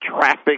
traffic